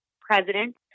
president